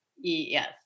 Yes